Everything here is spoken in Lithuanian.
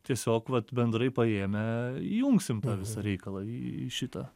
tiesiog vat bendrai paėmę įjungsim tą visą reikalą į šitą